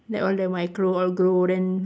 that one the all grow then